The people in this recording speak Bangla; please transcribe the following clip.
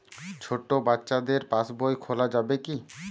ছোট বাচ্চাদের পাশবই খোলা যাবে কি?